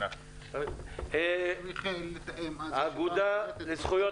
נציגת האגודה לזכויות